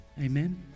Amen